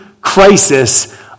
crisis